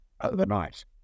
overnight